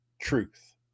truth